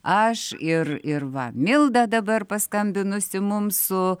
aš ir ir va milda dabar paskambinusi mums su